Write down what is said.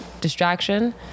distraction